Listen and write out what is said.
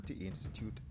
Institute